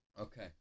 Okay